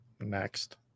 next